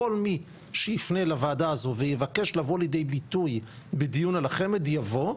כל מי שיפנה לוועדה הזו ויבקש לבוא לידי ביטוי בדיון על החמ"ד יבוא,